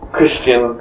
christian